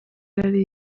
ari